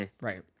right